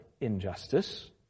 injustice